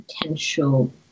potential